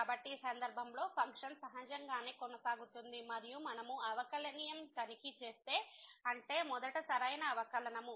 కాబట్టి ఈ సందర్భంలో ఫంక్షన్ సహజంగానే కొనసాగుతుంది మరియు మనము అవకలనియమం తనిఖీ చేస్తే అంటే మొదట సరైన అవకలనము